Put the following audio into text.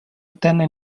ottenne